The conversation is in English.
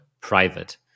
private